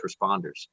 responders